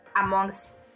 amongst